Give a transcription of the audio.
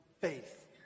faith